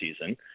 season